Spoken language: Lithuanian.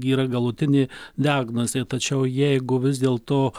yra galutinė diagnozė tačiau jeigu vis dėlto